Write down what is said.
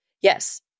Yes